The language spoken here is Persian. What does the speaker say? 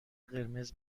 قرمز